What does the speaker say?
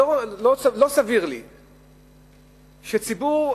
לא סביר לי שציבור,